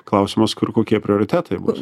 klausimas kur kokie prioritetai bus